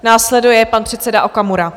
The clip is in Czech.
Následuje pan předseda Okamura.